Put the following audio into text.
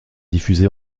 diffusés